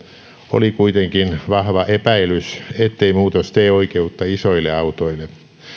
oli kuitenkin vahva epäilys ettei muutos tee oikeutta isoille autoille